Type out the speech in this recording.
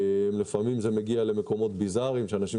לפעמים זה מגיע למקומות ביזריים של אנשים